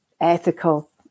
ethical